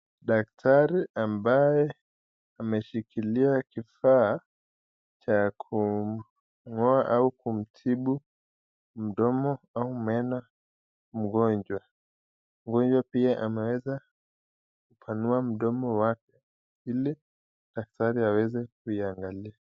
Daktari ambaye ameshikilia kifaa cha kumgoa au kumtibu mdomo au meno mgonjwa. Mgojwa pia ameweza kupanua mdomo wake ili daktari aweze kuiangalia.